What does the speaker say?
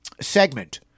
segment